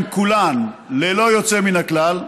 הן כולן, ללא יוצא מן הכלל,